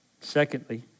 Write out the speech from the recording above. Secondly